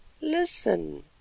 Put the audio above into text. LISTEN